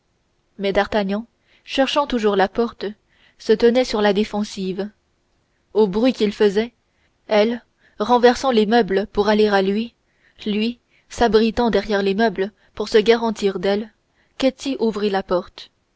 mais d'artagnan cherchant toujours la porte se tenait sur la défensive au bruit qu'ils faisaient elle renversant les meubles pour aller à lui lui s'abritant derrière les meubles pour se garantir d'elle ketty ouvrit la porte